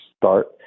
start